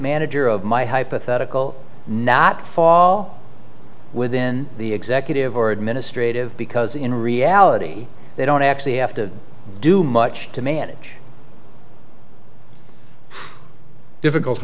manager of my hypothetical not fall within the executive or administrative because in reality they don't actually have to do much to manage